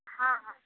हँ हँ